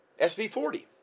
SV40